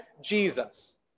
Jesus